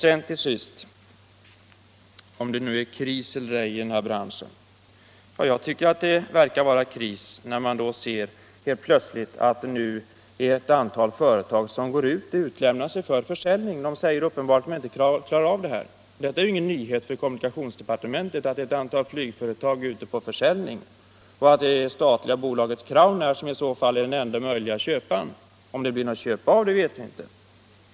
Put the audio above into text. När det gäller frågan om det nu är kris eller ej i den här branschen så tycker jag att det verkar vara kris när man plötsligt ser att det är ett antal företag som utbjuder sig till försäljning. De säger uppenbart att de inte klarar av detta. Det är ju ingen nyhet för kommunikationsdepartementet att ett antal flygföretag utbjuds till försäljning och att det statliga bolaget Crownair är den enda möjliga köparen. Om det blir något köp av vet vi inte.